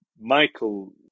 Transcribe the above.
Michael